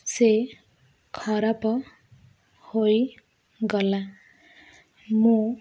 ସେ ଖରାପ ହୋଇଗଲା ମୁଁ